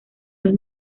los